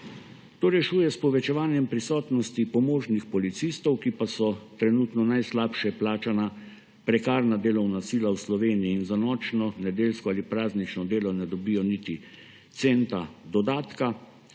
To rešuje s povečevanjem prisotnosti pomožnih policistov, ki pa so trenutno najslabše plačana prekarna delovna sila v Sloveniji. Za nočno, nedeljsko ali praznično delo ne dobijo niti centa dodatka.